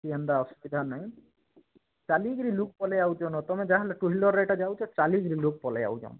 କିଛି ହେନ୍ତା ଅସୁବିଧା ନାଇଁ ଚାଲିକିରି ଲୁକ ପଲେଇ ଆଉଛନ୍ ତମେ ଯାହାହେଲେ ଟୁହ୍ୱିଲର୍ ଏଟା ଯାଉଛ ଚାଲିକିରି ଲୁକ ପଲେଇ ଆଉଛନ୍